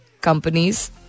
companies